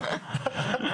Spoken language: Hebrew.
שכן.